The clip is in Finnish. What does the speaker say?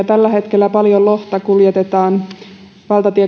tällä hetkellä paljon lohta valtatie